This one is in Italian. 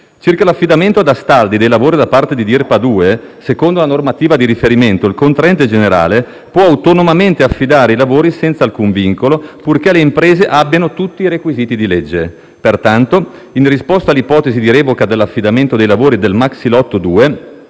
Circa l'affidamento ad Astaldi dei lavori da parte di Dirpa 2, secondo la normativa di riferimento, il contraente generale può autonomamente affidare i lavori senza alcun vincolo, purché le imprese abbiano tutti i requisiti di legge. Pertanto, in risposta all'ipotesi di revoca dell'affidamento dei lavori del maxilotto 2,